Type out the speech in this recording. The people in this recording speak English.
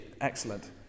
excellent